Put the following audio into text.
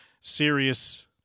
serious